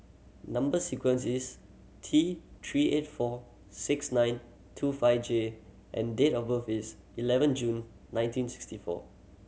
number sequence is T Three eight four six nine two five J and date of birth is eleven June nineteen sixty four